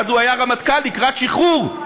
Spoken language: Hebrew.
אז הוא היה רמטכ"ל לקראת שחרור,